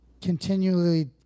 continually